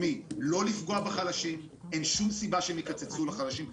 פועלים ולאומי לוקחים 15% על מינוס,